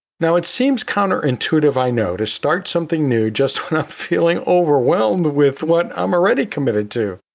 now it seems counter-intuitive. i know to start something new, just not feeling overwhelmed with what i'm already committed to.